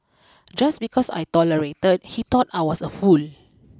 just because I tolerated he thought I was a fool